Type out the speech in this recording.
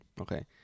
Okay